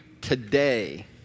today